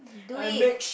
do it